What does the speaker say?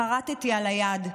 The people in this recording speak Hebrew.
חרטתי על היד,